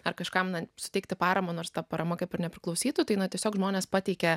ar kažkam suteikti paramą nors ta parama kaip ir nepriklausytų tai na tiesiog žmonės pateikia